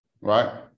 right